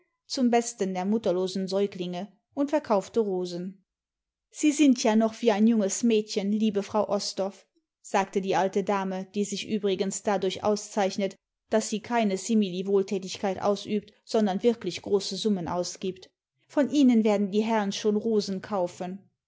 zum besten der mutterlosen säuglinge und verkaufte rosen sie sind ja noch wie ein junges mädchen liebe frau osdorff sagte die alte dame die sich übrigens dadurch auszeichnet daß sie keine similiwohltätigkeit ausübt sondern wirklich große summi ausgibt von ihnen werden die herren schon rosen kaufen